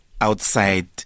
outside